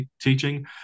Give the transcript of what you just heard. teaching